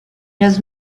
los